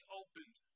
opened